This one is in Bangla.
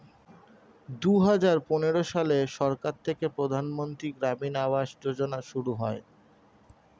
দুহাজার পনেরো সালে সরকার থেকে প্রধানমন্ত্রী গ্রামীণ আবাস যোজনা শুরু হয়